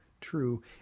true